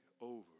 over